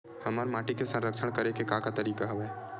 हमर माटी के संरक्षण करेके का का तरीका हवय?